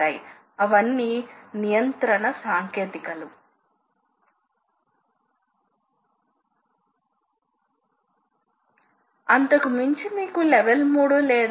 కాబట్టి అటువంటి పారామితులు సాధారణం గా అటువంటి యంత్రాల లో అమర్చబడి ఉంటాయి